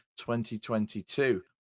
2022